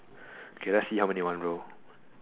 okay let's see how many in one row